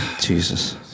Jesus